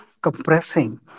compressing